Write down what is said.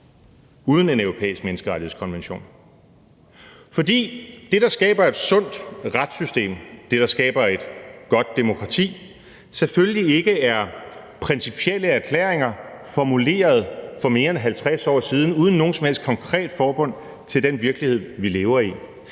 uden en europæisk menneskerettighedskonvention. For det, der skaber et sundt retssystem, det, der skaber et godt demokrati, er selvfølgelig ikke principielle erklæringer formuleret for mere end 50 år siden uden noget som helst konkret forbund til den virkelighed, vi lever i.